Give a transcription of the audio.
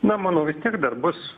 na manau vis tiek dar bus